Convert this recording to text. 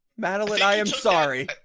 madeline i am sorry.